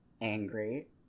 angry